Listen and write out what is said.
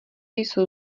jsou